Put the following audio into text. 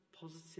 positive